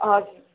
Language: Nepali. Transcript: हजुर